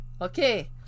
okay